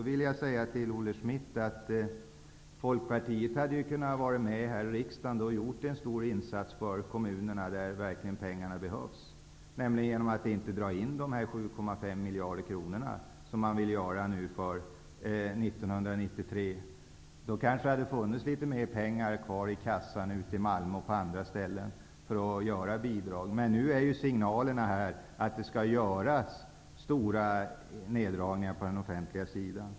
Folkpartiet, Olle Schmidt, hade kunnat vara med om att här i riksdagen göra en stor insats för kommunerna -- där behövs pengarna verkligen -- genom att inte dra in de 7,5 miljarder kronor som man vill dra in för 1993. Därigenom skulle det kanske ha funnits litet mera pengar kvar i kassan, t.ex. i malmö, för bidrag. men nu signaleras stora neddragningar på den offentliga sidan.